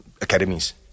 academies